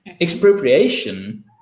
Expropriation